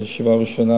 זאת ישיבה ראשונה,